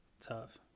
Tough